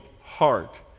heart